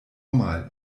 mal